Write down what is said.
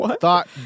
thought